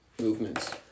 movements